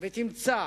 ותמצא